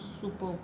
super